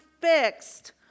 fixed